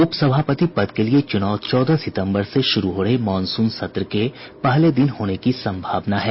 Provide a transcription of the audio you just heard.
उपसभापति पद के लिये चूनाव चौदह सितम्बर से शुरू हो रहे मॉनसून सत्र के पहले दिन होने की संभावना है